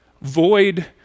Void